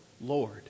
Lord